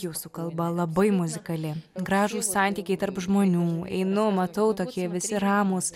jūsų kalba labai muzikali gražūs santykiai tarp žmonių einu matau tokie visi ramūs